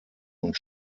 und